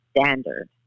standard